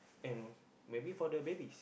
and maybe for the babies